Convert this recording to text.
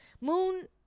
Moon